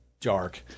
dark